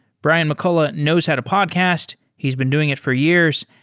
brian mccullough knows how to podcast. he's been doing it for years,